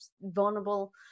vulnerable